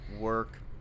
work